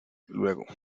luego